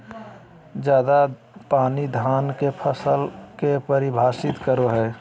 ज्यादा पानी धान के फसल के परभावित करो है?